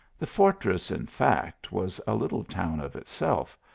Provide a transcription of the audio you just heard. the fortress, in fact, was a little town of itself,